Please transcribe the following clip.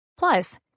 Plus